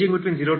uxtdx